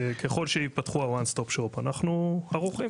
ככל שיפתחו ה-ONE STOP SHOP אנחנו ערוכים.